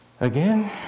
again